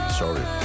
sorry